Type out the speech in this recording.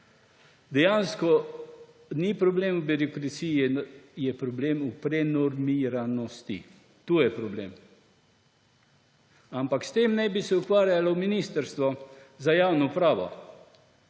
Dejansko ni problem v birokraciji, problem je v prenormiranosti. Tu je problem. Ampak s tem naj bi se ukvarjalo Ministrstvo za javno upravo.